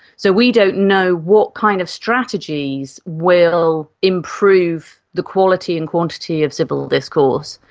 so we don't know what kind of strategies will improve the quality and quantity of civil discourse.